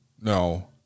No